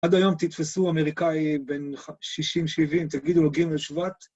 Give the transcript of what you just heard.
עד היום תתפסו אמריקאי בן שישים, שבעים, תגידו לו ג' שבט.